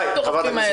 רשות